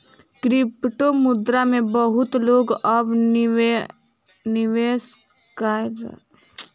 क्रिप्टोमुद्रा मे बहुत लोक अब निवेश कय रहल अछि